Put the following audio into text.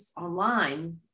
online